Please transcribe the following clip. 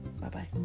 Bye-bye